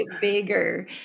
bigger